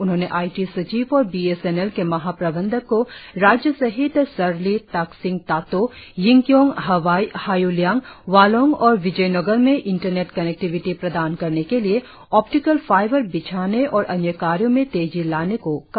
उन्होंने I T सचिव और बी एस एन एल के महाप्रबंधक को राज्य सहित सरली ताकसिंग तातो यिंगकियोंग हवाई हाय्लियांग वालोंग और विजोयनगर में इंटरनेट कनेक्टिविटी प्रदान करने के लिए ऑप्टिकल फाइवर बिछाने और अन्य कार्यो में तेजी लाने के लिए कहा